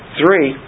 three